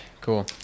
cool